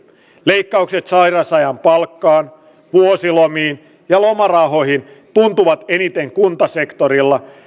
leikkaukset sairausajan palkkaan vuosilomiin ja lomarahoihin tuntuvat eniten kuntasektorilla